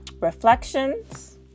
reflections